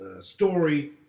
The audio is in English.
story